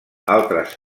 altres